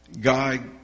God